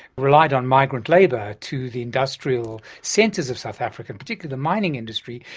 relied on migrant labour to the industrial centres of south africa, particularly the mining industry,